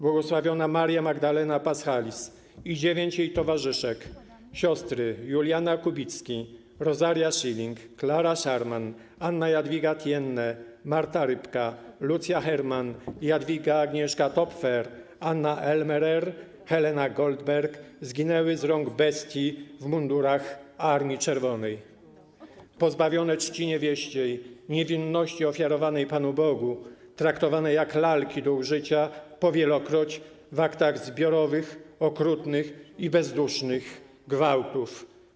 Bł. Maria Magdalena Paschalis i dziewięć jej towarzyszek: siostry Juliana Kubitzki, Rosaria Schilling, Klara Schramm, Anna Jadwiga Thiennei, Marta Rybka, Lucja Hermann, Jadwiga, Agnieszka Topfer, Anna Elmerer, Helena Goldberg zginęły z rąk bestii w mundurach Armii Czerwonej, pozbawione czci niewieściej, niewinności ofiarowanej panu Bogu, traktowane jak lalki do użycia po wielokroć w aktach zbiorowych, okrutnych i bezdusznych gwałtów.